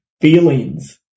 Feelings